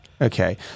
Okay